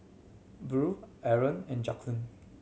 Buell Arron and Jacklyn